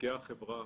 בעסקי החברה